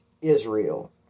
Israel